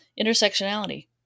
intersectionality